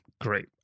Great